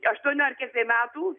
aštuonių ar kiek tai metų